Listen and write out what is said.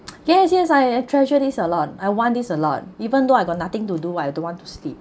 yes yes I uh treasure this a lot I want this a lot even though I got nothing to do I don't want to sleep